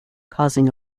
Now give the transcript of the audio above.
causing